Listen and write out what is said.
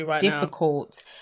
difficult